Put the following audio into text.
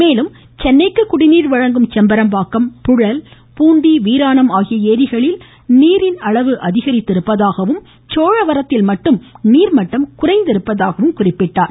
மேலும் சென்னைக்கு குடிநீர் வழங்கும் செம்பரம்பாக்கம் புழல் பூண்டி வீராணம் ஆகிய ஏரிகளில் நீரின் அளவு அதிகரித்துள்ளதாகவும் சோழவரத்தில் மட்டும் நீர்மட்டம் குறைந்துள்ளதாகவும் கூறினார்